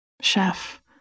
Chef